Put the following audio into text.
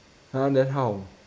!huh! then how